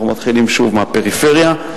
אנחנו מתחילים שוב מהפריפריה.